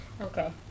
Okay